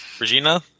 regina